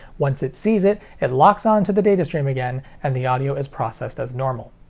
once it sees it, it locks onto the datastream again, and the audio is processed as normal.